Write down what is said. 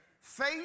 Faith